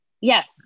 Yes